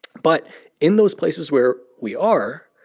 but in those places where we are,